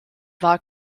war